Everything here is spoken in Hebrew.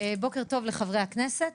בוקר טוב לחברי הכנסת,